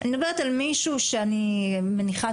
אני מדברת על מישהו שאני מניחה,